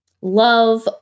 love